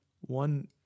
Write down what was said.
one